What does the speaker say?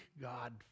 God